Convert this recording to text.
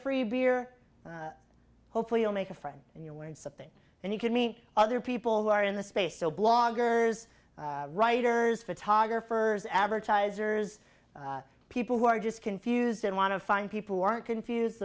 free beer hopefully you'll make a friend and you're wearing something and you can meet other people who are in the space so bloggers writers photographers advertisers people who are just confused and want to find people who aren't confused